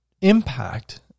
impact